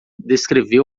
descreveu